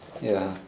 ya